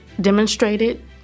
demonstrated